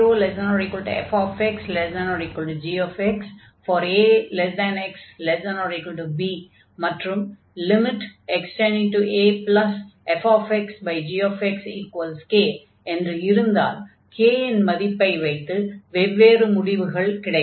0≤fx≤gxax≤b மற்றும் fxgx k என்று இருந்தால் k இன் மதிப்பை வைத்து வெவ்வேறு முடிவுகள் கிடைக்கும்